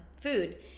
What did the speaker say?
food